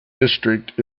district